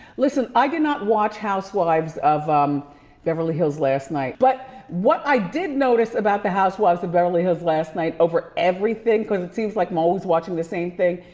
listen, i did not watch housewives of um beverly hills last night but what i did notice about the housewives of beverly hills last night over everything, cause it seems like i'm always watching the same thing,